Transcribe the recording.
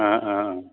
অঁ অঁ অঁ